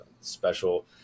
special